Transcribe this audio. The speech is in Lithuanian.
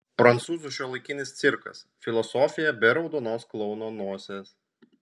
prancūzų šiuolaikinis cirkas filosofija be raudonos klouno nosies